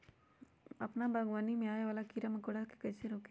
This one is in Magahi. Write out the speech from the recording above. अपना बागवानी में आबे वाला किरा मकोरा के कईसे रोकी?